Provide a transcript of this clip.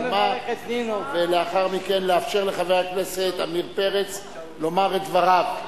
נאומה ולאחר מכן לאפשר לחבר הכנסת עמיר פרץ לומר את דבריו.